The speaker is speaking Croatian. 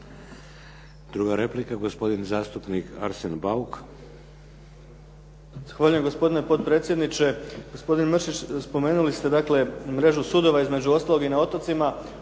Druga replika, gospodin zastupnik Arsen Bauk.